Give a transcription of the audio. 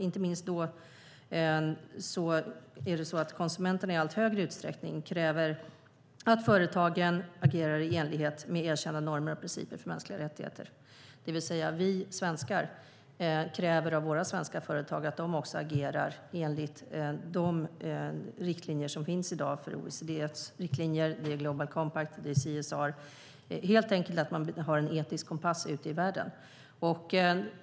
Inte minst kräver konsumenterna i allt större utsträckning att företagen agerar i enlighet med erkända normer och principer för mänskliga rättigheter, det vill säga att vi svenskar kräver att också våra svenska företag agerar enligt de riktlinjer som finns i dag från OECD, Global Compact och CSR - helt enkelt en etisk kompass ute i världen.